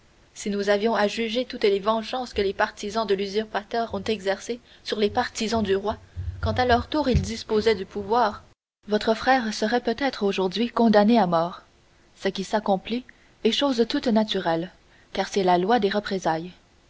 si nous avions à juger toutes les vengeances que les partisans de l'usurpateur ont exercées sur les partisans du roi quand à leur tour ils disposaient du pouvoir votre frère serait peut-être aujourd'hui condamné à mort ce qui s'accomplit est chose toute naturelle car c'est la loi des représailles